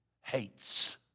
hates